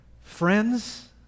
friends